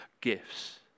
gifts